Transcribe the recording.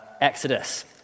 Exodus